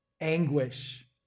anguish